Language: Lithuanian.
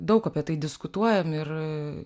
daug apie tai diskutuojam ir